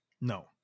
No